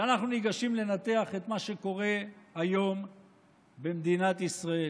כשאנחנו ניגשים לנתח את מה שקורה היום במדינת ישראל,